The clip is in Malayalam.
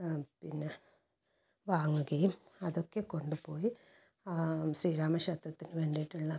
പിന്നെ വാങ്ങുകയും അതൊക്കെ കൊണ്ടുപോയി ആ ശ്രീരാമ ക്ഷേത്രത്തിനു വേണ്ടിട്ടുള്ള